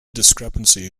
discrepancy